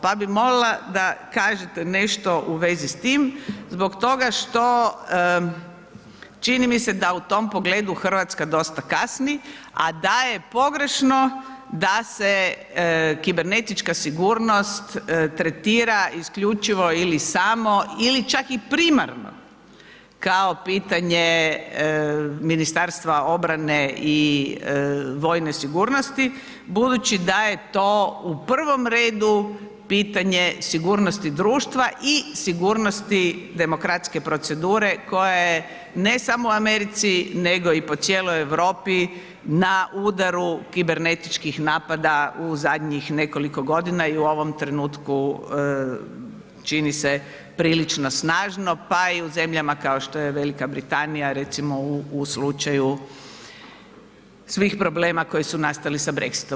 Pa bi molila da kažete nešto u vezi s tim, zbog toga što čini mi se da u tom pogledu Hrvatska dosta kasni, a daje pogrešno da se kibernetička sigurnost tretira isključivo ili samo ili čak i primarno kao pitanje Ministarstva obrane i vojne sigurnosti, budući da je to u prvom redu pitanje sigurnosti društva i sigurnosti demokratske procedura koja je, ne samo u Americi nego i po cijeloj Europi na udaru kibernetičkih napada u zadnjih nekoliko godina i u ovom trenutku, čini se prilično snažno pa i u zemljama kao što je Velika Britanija, recimo u slučaju svih problema koji su nastali sa Brexitom.